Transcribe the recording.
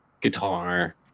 guitar